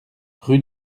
rue